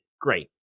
great